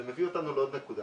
זה מביא אותנו לעוד נקודה,